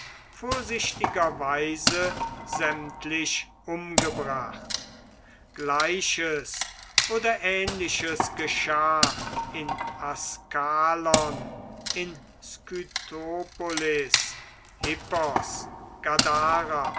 waffen vorsichtigerweise sämtlich umgebracht gleiches oder ähnliches geschah in askalon in skytopolis hippos